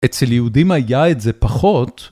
אצל יהודים היה את זה פחות.